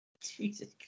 Jesus